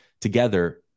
together